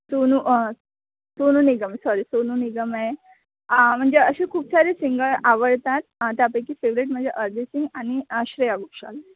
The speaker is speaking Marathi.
सोनू सोनू निगम सॉरी सोनू निगम आहे म्हणजे असे खूप सारे सिंगर आवडतात त्यापैकी फेवरेट म्हणजे अरिजित सिंग आणि श्रेया घोषाल